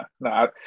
no